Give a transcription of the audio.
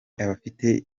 abafite